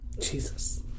Jesus